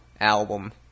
album